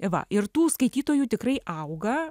va ir tų skaitytojų tikrai auga